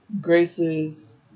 Grace's